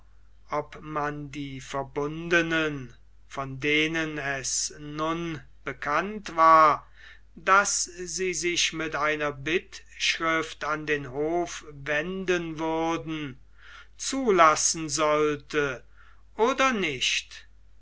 ob man die verbundenen von denen es nun bekannt war daß sie sich mit einer bittschrift an den hof wenden würden zulassen sollte oder nicht